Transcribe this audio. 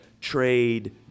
trade